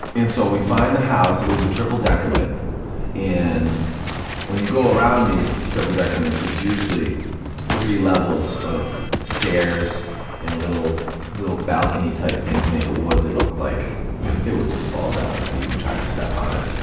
and so we find the house, it was a triple decament and when you go around these triple decaments it's usually three levels of stairs and little little balcony-type things made of wood that look like it would just fall down if you even tried to step on it,